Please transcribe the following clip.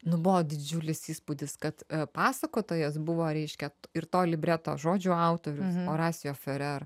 nu buvo didžiulis įspūdis kad pasakotojas buvo reiškia ir to libreto žodžių autorius morasijo ferer